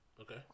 Okay